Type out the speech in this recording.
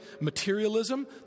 materialism